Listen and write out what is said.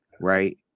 right